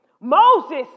Moses